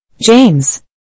James